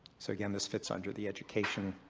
so again, this fits under the education